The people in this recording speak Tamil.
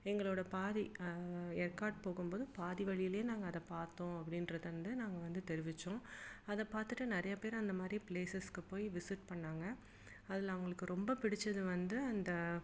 எங்களோடய பாதி எற்காடு போகும்போது பாதி வழியிலே நாங்கள் அதை பார்த்தோம் அப்படின்றத வந்து நாங்கள் வந்து தெரிவித்தோம் அதை பார்த்துட்டு நிறையா பேர் அந்தமாதிரி ப்ளேசஸ்க்கு போய் விசிட் பண்ணாங்க அதில் அவங்களுக்கு ரொம்ப பிடித்தது வந்து அந்த